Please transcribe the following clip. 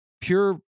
pure